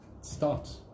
start